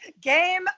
Game